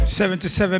77